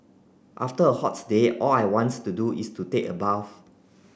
after a hot day all I want to do is to take a bath